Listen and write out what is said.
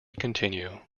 continue